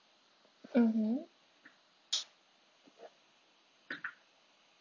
mmhmm